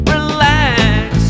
Relax